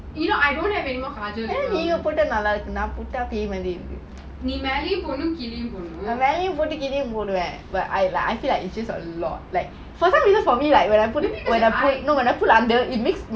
you know I don't have any more kajal